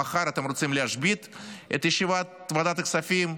אם מחר אתם רוצים להשבית את ישיבת ועדת הכספים,